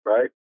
Right